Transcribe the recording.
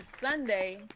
Sunday